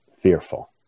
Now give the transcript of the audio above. fearful